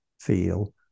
feel